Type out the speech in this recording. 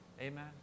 Amen